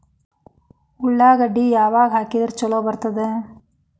ಉಳ್ಳಾಗಡ್ಡಿ ಯಾವಾಗ ಹಾಕಿದ್ರ ಛಲೋ ಬರ್ತದ?